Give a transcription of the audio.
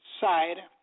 side